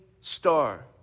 star